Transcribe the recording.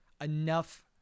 enough